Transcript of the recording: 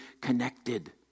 connected